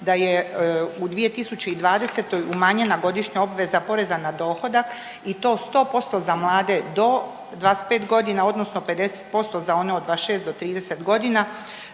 da je u 2020. umanjena godišnja obveza poreza na dohodak i to 100% za mlade do 25 godina, odnosno 50% za one od 26 do 30 godina